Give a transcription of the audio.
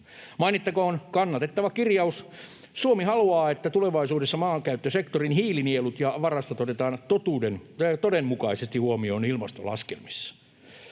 Mainittakoon kannatettava kirjaus: ”Suomi haluaa, että tulevaisuudessa maankäyttösektorin hiilinielut ja varastot otetaan todenmukaisesti huomioon ilmastolaskelmissa”.